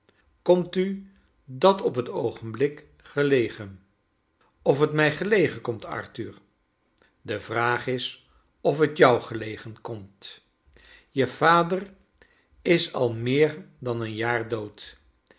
komt u dat op het oogenblik gelegen of t mij gelegen komt arthur de vraag is of t jou gelegen komt je vader is al meer dan een jaar dood